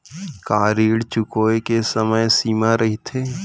का ऋण चुकोय के समय सीमा रहिथे?